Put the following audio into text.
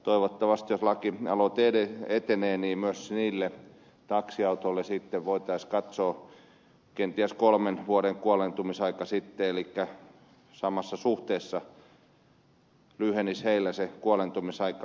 toivottavasti jos lakialoite etenee niin myös niille taksiautoille sitten voitaisiin katsoa kenties kolmen vuoden kuoleentumisaika sitten elikkä samassa suhteessa lyhenisi niillä se kuoleentumisaika